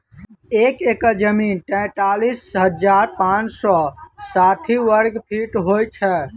एक एकड़ जमीन तैँतालिस हजार पाँच सौ साठि वर्गफीट होइ छै